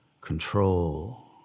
control